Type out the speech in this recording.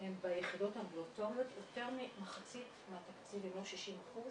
הם ביחידות --- יותר ממחצית מהתקציב, אם לא 60%